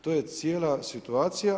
To je cijela situacija.